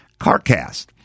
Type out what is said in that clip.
CARCAST